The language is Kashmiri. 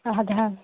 اَدٕ حظ